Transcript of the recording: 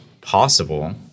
possible